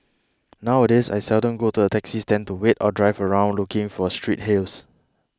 nowadays I seldom go to the taxi stand to wait or drive around looking for street hails